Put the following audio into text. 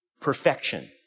Perfection